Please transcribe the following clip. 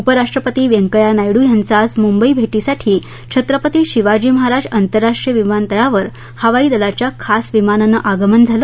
उपराष्ट्रपती व्यंकय्या नायड् यांचं आज मुंबई भेटीसाठी छत्रपती शिवाजी महाराज आंतरराष्ट्रीय विमानतळावर हवाई दलाच्या खास विमानाने आगमन झालं